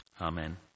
Amen